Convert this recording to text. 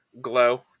Glow